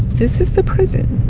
this is the prison.